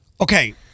Okay